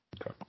Okay